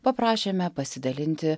paprašėme pasidalinti